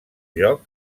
joc